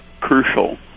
crucial